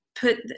put